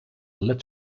led